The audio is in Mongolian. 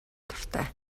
дуртай